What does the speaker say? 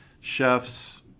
chefs